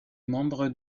membre